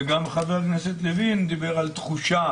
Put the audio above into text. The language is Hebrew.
גם חבר הכנסת לוין דיבר על תחושה